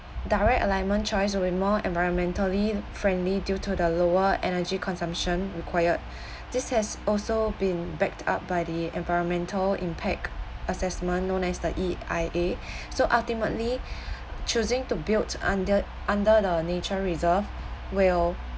direct alignment choice would more environmentally friendly due to the lower energy consumption required this has also been backed up by the environmental impact assessment known as the E_I_A so ultimately choosing to built under under the nature reserve will